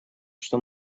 что